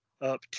up